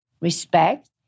Respect